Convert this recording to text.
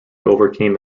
overcame